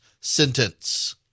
sentence